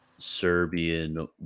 serbian